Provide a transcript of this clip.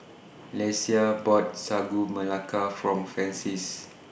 Lesia bought Sagu Melaka For Francies